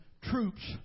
troops